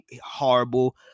horrible